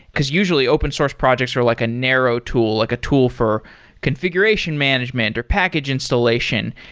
because usually open source projects are like a narrow tool, like a tool for configuration management, or package installation.